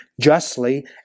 justly